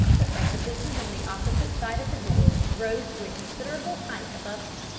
the precipices on the opposite side of the gorge rose to a considerable height above him,